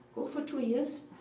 go for two years,